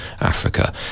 Africa